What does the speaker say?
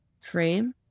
frame